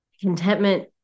contentment